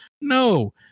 no